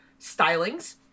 stylings